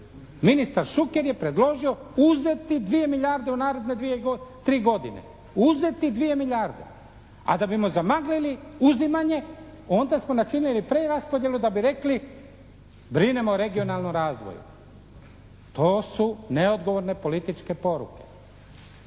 Ministar Šuker je predložio uzeti 2 milijarde u naredne tri godine, uzeti 2 milijarde. A da bismo zamaglili uzimanje onda smo načinili preraspodjelu da bi rekli brinemo o regionalnom razvoju. To su neodgovorne političke poruke.